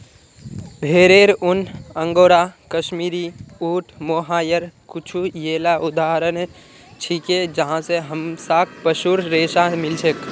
भेरेर ऊन, अंगोरा, कश्मीरी, ऊँट, मोहायर कुछू येला उदाहरण छिके जहाँ स हमसाक पशुर रेशा मिल छेक